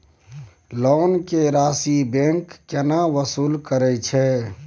Loan के राशि bank केना वसूल करे छै?